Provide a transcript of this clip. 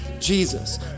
Jesus